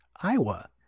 Iowa